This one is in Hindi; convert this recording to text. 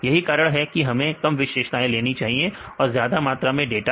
यही कारण है कि हमें कम विशेषताओं लेनी चाहिए और ज्यादा मात्रा में डाटा